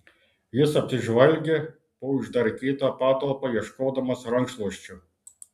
jis apsižvalgė po išdarkytą patalpą ieškodamas rankšluosčio